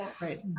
Right